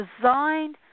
designed